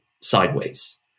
sideways